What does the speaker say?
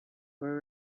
were